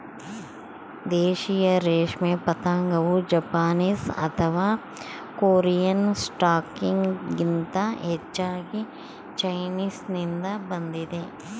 ದೇಶೀಯ ರೇಷ್ಮೆ ಪತಂಗವು ಜಪಾನೀಸ್ ಅಥವಾ ಕೊರಿಯನ್ ಸ್ಟಾಕ್ಗಿಂತ ಹೆಚ್ಚಾಗಿ ಚೈನೀಸ್ನಿಂದ ಬಂದಿದೆ